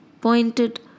pointed